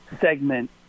segment